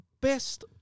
best